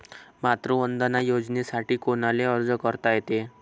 मातृवंदना योजनेसाठी कोनाले अर्ज करता येते?